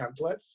templates